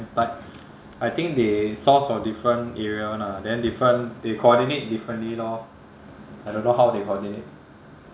but I think they source from different area lah then different they coordinate differently lor I don't know how they coordinate